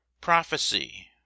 prophecy